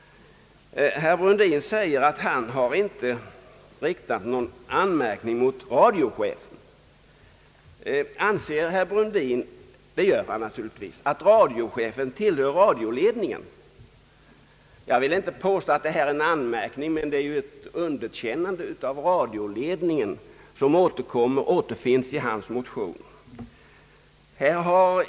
Herr Brundin säger att han inte har riktat någon anmärkning mot radiochefen. Anser herr Brundin — det gör han naturligtvis — att radiochefen tillhör radioledningen? Jag vill inte påstå att det är en anmärkning som återfinns i hans motion, men nog är det ett underkännande av radioledningen.